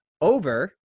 over